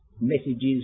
messages